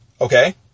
Okay